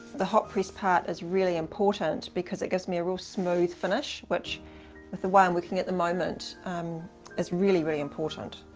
the hot pressed part is really important because it gives me a real real smooth finish, which with the way i'm working at the moment um is really, really important.